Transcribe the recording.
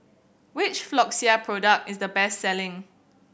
which Floxia product is the best selling